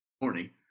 morning